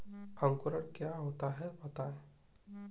अंकुरण क्या होता है बताएँ?